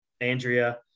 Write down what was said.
Andrea